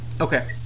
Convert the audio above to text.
Okay